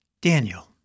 Daniel